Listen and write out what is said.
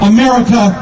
America